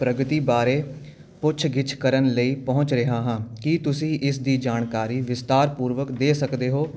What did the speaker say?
ਪ੍ਰਗਤੀ ਬਾਰੇ ਪੁੱਛਗਿਛ ਕਰਨ ਲਈ ਪਹੁੰਚ ਰਿਹਾ ਹਾਂ ਕੀ ਤੁਸੀਂ ਇਸ ਦੀ ਜਾਣਕਾਰੀ ਵਿਸਤਾਰਪੂਰਵਕ ਦੇ ਸਕਦੇ ਹੋ